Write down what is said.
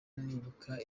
nibuka